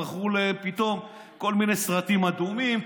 מכרו להם פתאום כל מיני סרטים אדומים,